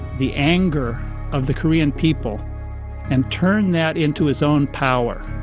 the anger of the korean people and turn that into his own power.